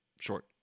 short